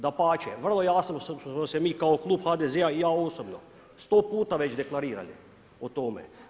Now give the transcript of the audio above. Dapače, vrlo jasno smo se mi kao klub HDZ-a i ja osobno sto puta već deklarirali o tome.